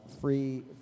free